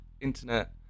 internet